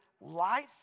life